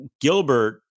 Gilbert